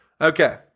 Okay